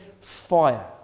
fire